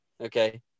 okay